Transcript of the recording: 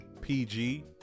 PG